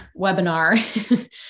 webinar